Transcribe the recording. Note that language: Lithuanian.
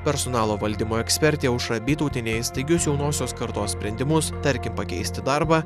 personalo valdymo ekspertė aušra bytautienė į staigius jaunosios kartos sprendimus tarkim pakeisti darbą